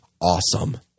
awesome